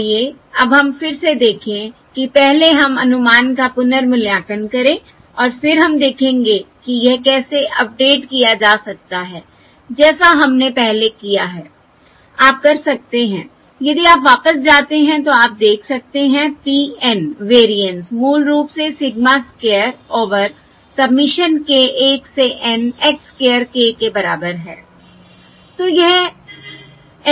आइए अब हम फिर से देखें कि पहले हम अनुमान का पुनर्मूल्यांकन करें और फिर हम देखेंगे कि यह कैसे अपडेट किया जा सकता है जैसा हमने पहले किया है आप कर सकते हैं यदि आप वापस जाते हैं तो आप देख सकते हैं p N वेरिएंस मूल रूप से sigma square over summation k 1 से N x स्क्वायर k के बराबर है